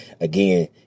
Again